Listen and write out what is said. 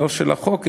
לא של החוק,